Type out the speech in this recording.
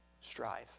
strive